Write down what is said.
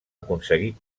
aconseguir